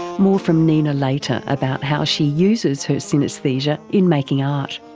more from nina later about how she uses her synaesthesia in making art.